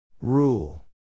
Rule